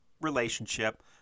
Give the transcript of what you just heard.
relationship